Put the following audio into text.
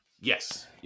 Yes